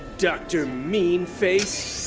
dr. mean face